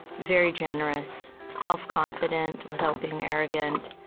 very generous, self-confident without being arrogant,